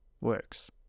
Works